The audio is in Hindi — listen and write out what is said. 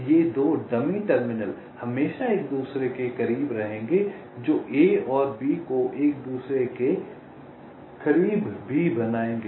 ये 2 डमी टर्मिनल हमेशा एक दूसरे के करीब रहेंगे जो A और B को एक दूसरे के करीब भी बनाएंगे